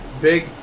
Big